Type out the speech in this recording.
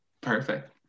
perfect